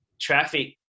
traffic